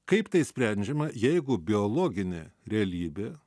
kaip tai sprendžiama jeigu biologinė realybė